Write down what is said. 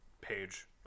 page